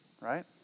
right